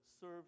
serve